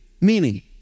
meaning